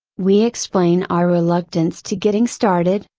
we explain our reluctance to getting started,